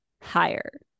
higher